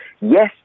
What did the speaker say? Yes